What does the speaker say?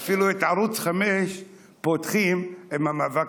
אפילו את ערוץ 5 פותחים עם המאבק בגזענות,